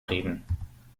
reden